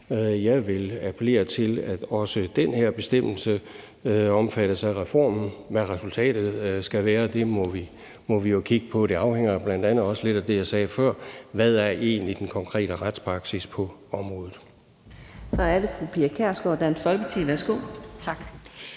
Jeg vil appellere til, at også den her bestemmelse omfattes af reformen. Hvad resultatet skal være, må vi jo kigge på. Det afhænger bl.a. også lidt af det, jeg sagde før, nemlig hvad den konkrete retspraksis egentlig er på området. Kl. 16:30 Fjerde næstformand